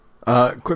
Quick